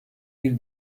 bir